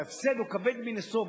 שההפסד כבד מנשוא,